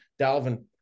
Dalvin